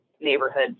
neighborhood